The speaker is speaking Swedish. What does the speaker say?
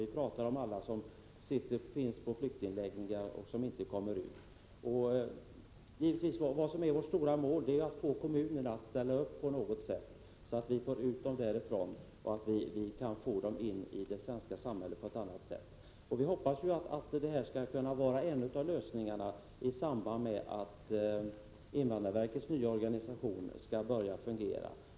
Vi pratar om alla som finns på flyktingförläggningar och inte kommer ut. Det stora målet är att få kommunerna att ställa upp på ett sådant sätt att vi får in dessa människor i det svenska samhället. Det hoppas vi skall vara en av lösningarna, i samband med att invandrarverkets nya organisation skall börja fungera.